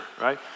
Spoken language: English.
Right